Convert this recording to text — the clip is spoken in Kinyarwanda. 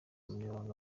umunyamabanga